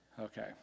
Okay